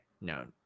no